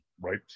right